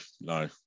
no